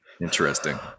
Interesting